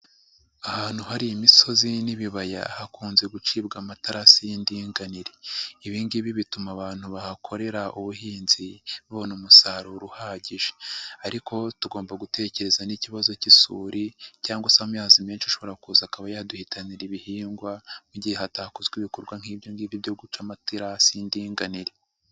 Ahantu hari imisozi n'ibibaya, hakunze gucibwa amatarasi y'indinganire. Ibi ngibi bituma abantu bahakorera ubuhinzi, babona umusaruro uhagije ariko tugomba gutekereza n'ikibazo cy'isuri cyangwa se amazi menshi ashobora kuza akaba yaduhitanira ibihingwa, mu gihe hatakozwe ibikorwa nk'ibyo ngibi byo guca amaterarasi y'indinganire.